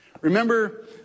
Remember